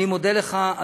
אני מודה לך,